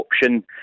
option